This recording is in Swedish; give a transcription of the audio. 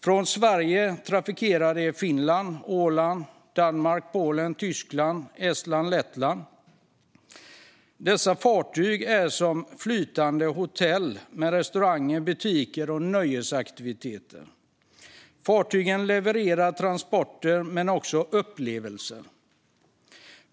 Från Sverige trafikerar de Finland, Åland, Danmark, Polen, Tyskland, Estland och Lettland. Dessa fartyg är som flytande hotell med restauranger, butiker och nöjesaktiviteter. Fartygen levererar transporter men också upplevelser.